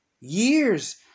Years